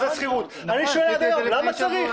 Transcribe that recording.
אני שואל עד היום למה צריך.